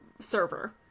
server